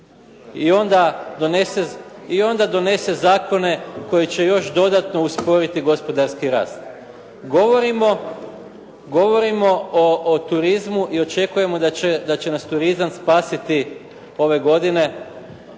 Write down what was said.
I onda donese zakone koji će još dodatno usporiti gospodarski rast. Govorimo o turizmu i očekujemo da će nas turizam spasiti ove godine